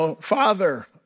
father